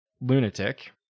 lunatic